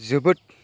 जोबोद